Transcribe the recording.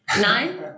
Nine